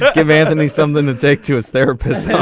give anthony something to take to his therapist.